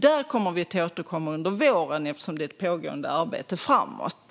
Där kommer vi att återkomma under våren, eftersom det är ett pågående arbete framåt.